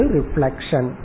Reflection